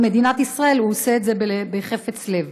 מדינת ישראל הוא עושה את זה בחפץ לב.